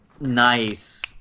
Nice